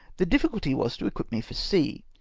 the difhcidty was to equip me for sea,